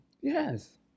Yes